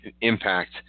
impact